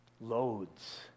loads